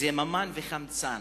מורכבים ממימן וחמצן.